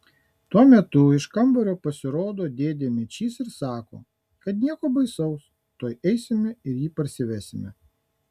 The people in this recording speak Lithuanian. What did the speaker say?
tuo metu iš kambario pasirodo dėdė mečys ir sako kad nieko baisaus tuoj eisime ir jį parsivesime